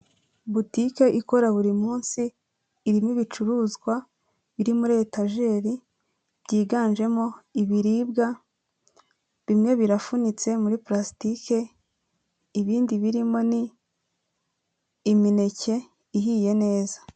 Butike ikora buri munsi irimo ibicuruzwa biri muri etageri byiganjemo ibiribwa bimwe birafunitse muri purasitike ibindi birimo ni imineke ihiye neza.